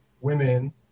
women